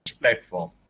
platform